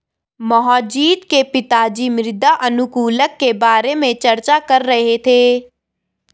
मोहजीत के पिताजी मृदा अनुकूलक के बारे में चर्चा कर रहे थे